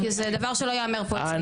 בוודאי, כי זה דבר שלא ייאמר פה אצלי.